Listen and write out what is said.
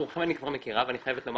את רובכם את כבר מכירה ואני חייבת לומר